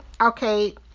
okay